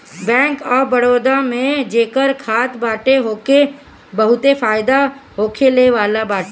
bank of Baroda में जेकर खाता बाटे ओके बहुते फायदा होखेवाला बाटे